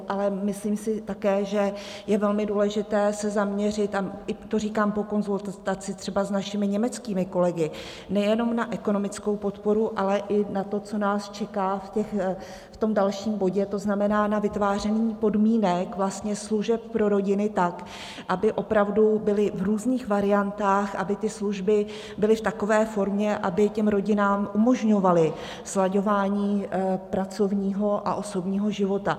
Ale myslím si také, že je velmi důležité se zaměřit a i to říkám po konzultaci třeba s našimi německými kolegy nejenom na ekonomickou podporu, ale i na to, co nás čeká v tom dalším bodě, to znamená na vytváření podmínek, vlastně služeb pro rodiny tak, aby opravdu byly v různých variantách, aby ty služby byly v takové formě, aby rodinám umožňovaly slaďování pracovního a osobního života.